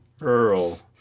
Earl